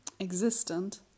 existent